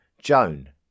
Joan